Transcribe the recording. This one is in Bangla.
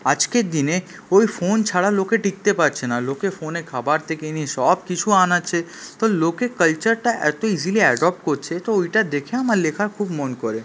আজকের দিনে ওই ফোন ছাড়া লোকে টিকতে পারছে না লোকে ফোনে খাবার থেকে নিয়ে সব কিছু আনাচ্ছে তো লোকে কালচারটা এত ইজিলি অ্যাডপ্ট করছে তো ওইটা দেখে আমার লেখার খুব মন করে